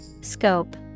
Scope